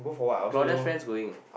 Claudia's friends going